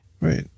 Right